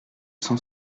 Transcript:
cent